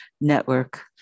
network